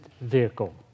vehicle